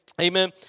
Amen